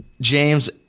James